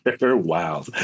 Wow